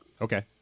Okay